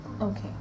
okay